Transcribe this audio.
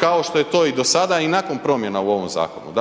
kao što je to i do sada i nakon promjena u ovom zakonu.